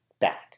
back